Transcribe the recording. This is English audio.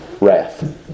wrath